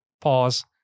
Pause